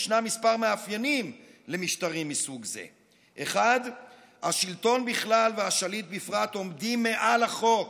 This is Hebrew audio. ישנם כמה מאפיינים למשטרים מסוג זה: 1. השלטון בכלל והשליט בפרט עומדים מעל החוק,